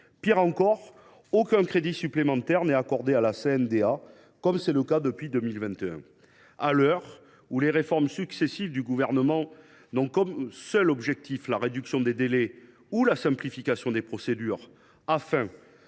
Pis, aucun crédit supplémentaire n’est accordé à la CNDA, comme c’est le cas depuis 2021. À l’heure où les réformes successives du Gouvernement ont pour seul objectif la réduction des délais ou la simplification des procédures afin de